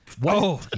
whoa